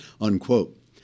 unquote